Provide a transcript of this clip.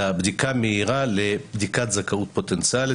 בדיקה מהירה לבדיקת זכאות פוטנציאלית.